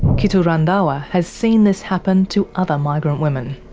kittu randhawa has seen this happen to other migrant women.